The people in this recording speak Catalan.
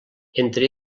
entre